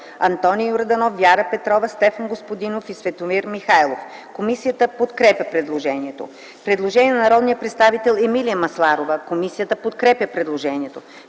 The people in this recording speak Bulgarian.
Антоний Йорданов, Вяра Петрова, Стефан Господинов и Светомир Михайлов. Комисията подкрепя предложението. Предложение на народния представител Емилия Масларова. Комисията подкрепя предложението.